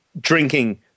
drinking